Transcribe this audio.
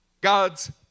God's